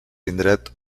indret